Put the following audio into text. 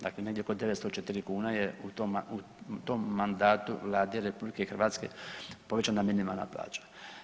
Dakle, negdje oko 904 kune je u tom mandatu Vlade RH, povećana minimalna plaća.